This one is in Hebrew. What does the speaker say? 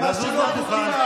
לזוז מהדוכן.